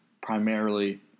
primarily